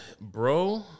bro